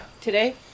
today